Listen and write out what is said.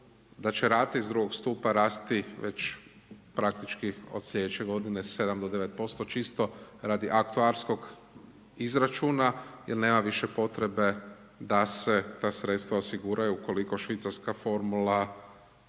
da će rate iz drugog stupa rasti već praktički od slijedeće godine 7 do 9%, čisto radi aktuarskog izračuna jel nema više potrebe da se ta sredstva osiguraju ukoliko švicarska formula